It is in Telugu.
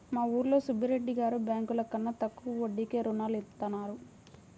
మా ఊరిలో సుబ్బిరెడ్డి గారు బ్యేంకుల కన్నా తక్కువ వడ్డీకే రుణాలనిత్తారు